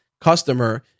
customer